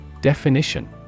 Definition